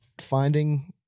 finding